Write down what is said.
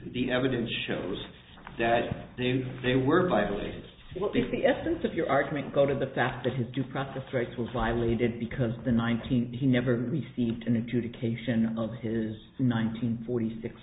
the evidence shows that they they were violated if the essence of your argument go to the fact that his due process rights were violated because the nineteen he never received into dictation of his nineteen forty six